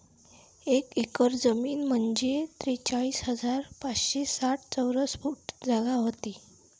एक एकर जमीन म्हंजे त्रेचाळीस हजार पाचशे साठ चौरस फूट जागा व्हते